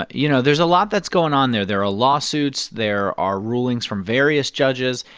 but you know, there's a lot that's going on there. there are ah lawsuits. there are rulings from various judges.